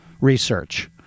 research